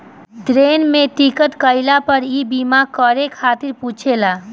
train में ticket कईला पअ इ बीमा करे खातिर पुछेला